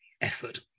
effort